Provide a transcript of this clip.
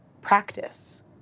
practice